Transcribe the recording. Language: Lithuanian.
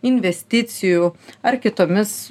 investicijų ar kitomis